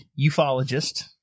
ufologist